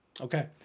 Okay